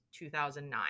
2009